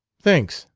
thanks,